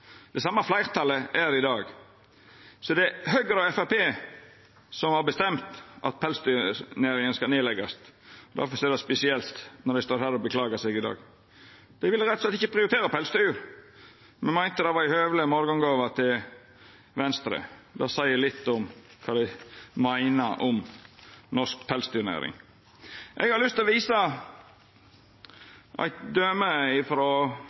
Det same fleirtalet er her i dag, så det er Høgre og Framstegspartiet som har bestemt at pelsdyrnæringa skal leggjast ned. Difor er det spesielt når dei i dag står her og beklagar seg. Dei vil rett og slett ikkje prioritera pelsdyr, men meinte det var ei høveleg morgongåve til Venstre. Det seier litt om kva dei meiner om norsk pelsdyrnæring. Eg har lyst til å visa eit døme